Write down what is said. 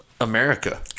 America